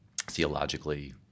theologically